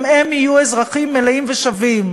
גם הם יהיו אזרחים מלאים ושווים.